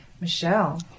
Michelle